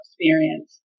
experience